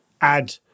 add